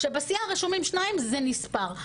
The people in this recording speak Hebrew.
כשבסיעה רשומים שניים זה נספר.